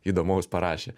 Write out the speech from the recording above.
įdomaus parašė